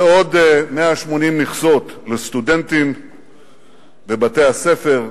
ועוד 180 מכסות לסטודנטים בבתי-הספר לסיעוד.